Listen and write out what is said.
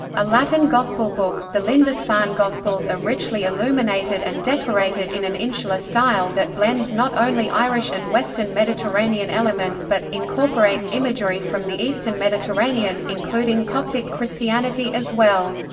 a latin gospel book, the lindisfarne gospels are richly illuminated and decorated in an insular style that blends not only irish and western mediterranean elements but, incorporates imagery from the eastern mediterranean, including coptic christianity as well.